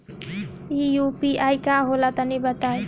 इ यू.पी.आई का होला तनि बताईं?